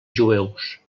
jueus